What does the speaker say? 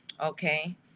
Okay